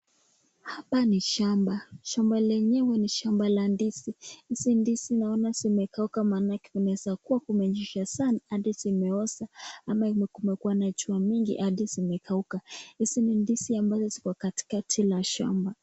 Hapa ni shamba, shamba lenyewe ni shamba la ndizi, hizi ndizi naona zimekauka inaweza kuwa imenyesha sana hadi zimeoza ama kumekuwa na jua mingi hadi zimekauka, hizi ni ndizi ambazo ziko katikati la shamba.